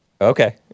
Okay